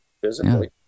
physically